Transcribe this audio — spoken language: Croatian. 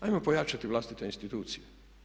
Hajmo pojačati vlastite institucije.